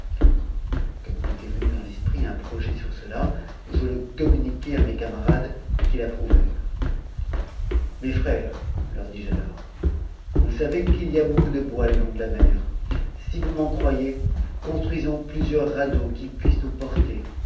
comme il m'était venu dans l'esprit un projet sur cela je le communiquai à mes camarades qui t'approuvèrent mes frères leur dis-je alors vous savez qu'il y a beaucoup de bois le long de la mer si vous m'en croyez construisons plusieurs radeaux qui puissent nous porter